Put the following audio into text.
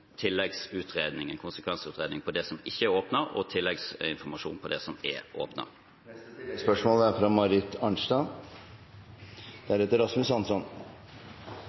tilleggsutredning, en konsekvensutredning av det som ikke er åpnet, og tilleggsinformasjon på det som er